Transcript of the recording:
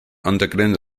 underground